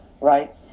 right